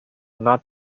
not